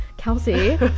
Kelsey